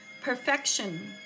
Perfection